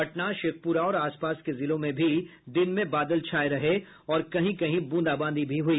पटना शेखपुरा और आसपास के जिलों में भी दिन में बादल छाये रहे और बूंदा बांदी भी हुई